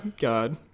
God